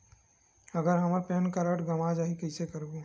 अगर हमर PAN card गवां जाही कइसे करबो?